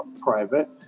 private